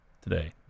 today